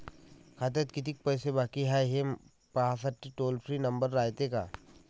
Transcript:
खात्यात कितीक पैसे बाकी हाय, हे पाहासाठी टोल फ्री नंबर रायते का?